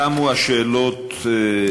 תמו השאלות.